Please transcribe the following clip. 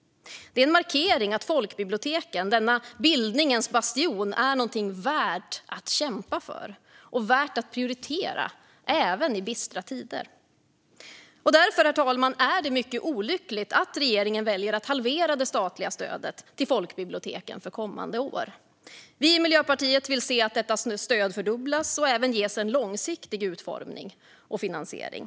Det är en markering om att folkbiblioteken, denna bildningens bastion, är något som är värt att kämpa för och värt att prioritera även i bistra tider. Därför, herr talman, är det mycket olyckligt att regeringen väljer att halvera det statliga stödet till folkbiblioteken för kommande år. Vi i Miljöpartiet vill se att detta stöd fördubblas och även ges en långsiktig utformning och finansiering.